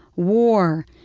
war,